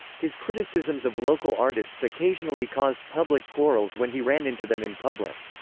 his criticisms of local artists occasionally caused public quarrels when he ran into them in public.